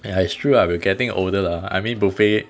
ya it's true lah we're getting older lah I mean buffet